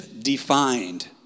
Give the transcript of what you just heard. defined